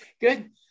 good